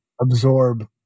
absorb